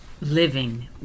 living